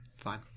fine